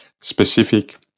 specific